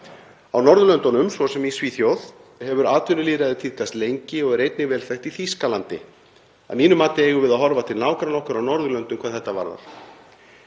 Á Norðurlöndunum, svo sem í Svíþjóð, hefur atvinnulýðræði tíðkast lengi og er einnig vel þekkt í Þýskalandi. Að mínu mati eigum við að horfa til nágranna okkar á Norðurlöndum hvað þetta varðar.